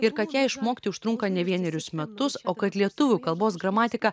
ir kad ją išmokti užtrunka ne vienerius metus o kad lietuvių kalbos gramatika